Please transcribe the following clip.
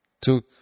took